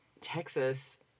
Texas